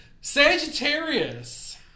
Sagittarius